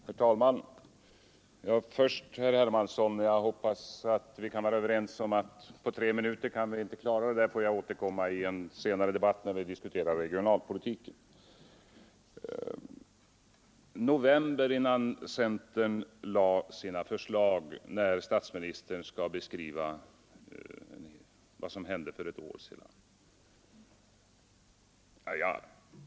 Herr talman! Till att börja med hoppas jag att herr Hermansson och jag kan vara överens om att tre minuter inte är tillräckligt för vår diskussion, utan vi får återkomma till detta vid ett senare tillfälle när vi diskuterar regionalpolitiken. I sin beskrivning av vad som hände för ett år sedan sade statsministern att det var i november centern lade fram sina förslag.